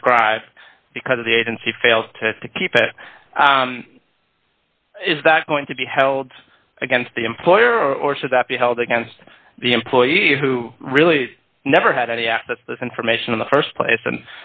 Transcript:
describe because of the agency failed to keep it is that going to be held against the employer or should that be held against the employees who really never had any access this information in the st place and